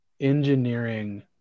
Engineering